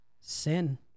sin